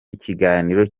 ikiganiro